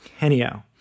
Anyhow